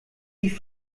die